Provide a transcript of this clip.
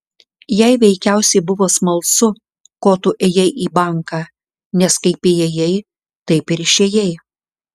jai veikiausiai buvo smalsu ko tu ėjai į banką nes kaip įėjai taip ir išėjai